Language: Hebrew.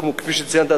כפי שציינת,